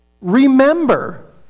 remember